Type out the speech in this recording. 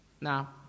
Now